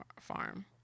farm